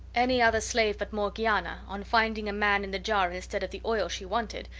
any other slave but morgiana, on finding a man in the jar instead of the oil she wanted,